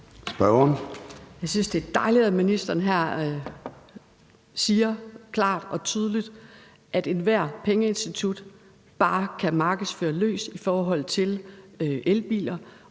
Jeg synes, det er dejligt, at ministeren her klart og tydeligt siger, at ethvert pengeinstitut bare kan markedsføre løs i forhold til elbiler,